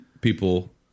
people